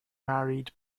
married